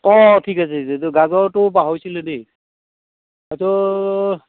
অঁ ঠিক আছে এইটো গাজৰটো পাহৰিছিলোঁৱে দেই এইটো